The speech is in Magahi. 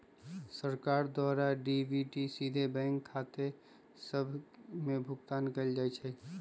सरकार द्वारा डी.बी.टी सीधे बैंक खते सभ में भुगतान कयल जाइ छइ